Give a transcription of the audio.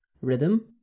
rhythm